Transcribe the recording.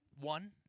One